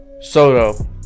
Soto